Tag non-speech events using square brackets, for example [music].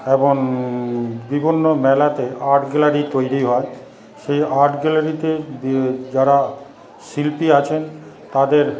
এবং বিভিন্ন মেলাতে আর্ট গ্যালারি তৈরি হয় সেই আর্ট গ্যালারিতে [unintelligible] যারা শিল্পী আছেন তাদের